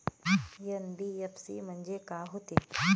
NBFC म्हणजे का होते?